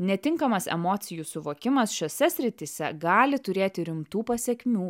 netinkamas emocijų suvokimas šiose srityse gali turėti rimtų pasekmių